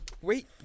wait